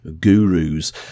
gurus